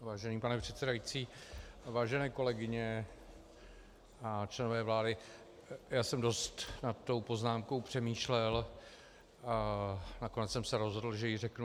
Vážený pane předsedající, vážené kolegyně a členové vlády, já jsem dost nad tou poznámkou přemýšlel a nakonec jsem se rozhodl, že ji řeknu.